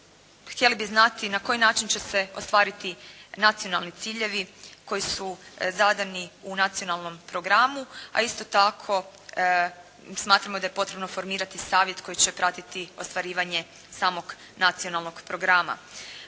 htjeli bi znati na koji način će se ostvariti nacionalni ciljevi koji su zadani u nacionalnom programu. A isto tako smatramo da je potrebno formirati savjet koji će pratiti ostvarivanje samog nacionalnog programa.